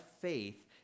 faith